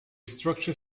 structure